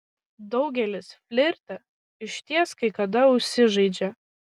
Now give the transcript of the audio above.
daugelis flirte išties kai kada užsižaidžia